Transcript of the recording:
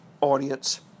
audience